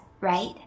right